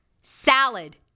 salad